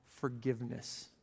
forgiveness